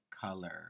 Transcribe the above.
Color